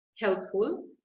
helpful